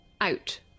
out